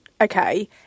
okay